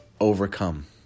overcome